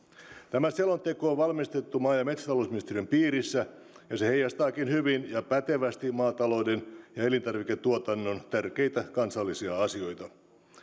tämä selonteko on valmisteltu maa ja metsätalousministeriön piirissä ja se heijastaakin hyvin ja pätevästi maatalouden ja ja elintarviketuotannon tärkeitä kansallisia asioita